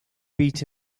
beat